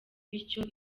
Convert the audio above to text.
bityo